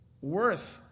worth